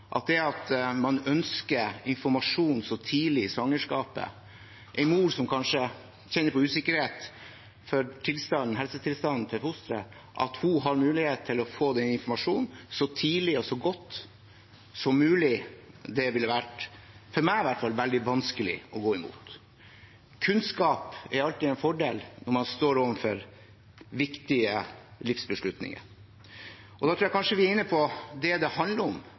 at det at man ønsker informasjon så tidlig i svangerskapet – at en mor som kanskje kjenner på usikkerhet for helsetilstanden til fosteret, har mulighet til å få den informasjonen så tidlig og så godt som mulig – vil være, for meg i alle fall, veldig vanskelig å gå imot. Kunnskap er alltid en fordel når man står overfor viktige livsbeslutninger. Da tror jeg kanskje vi er inne på det det reelt handler om